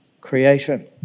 creation